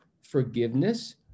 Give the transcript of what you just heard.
forgiveness